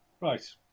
Right